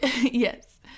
Yes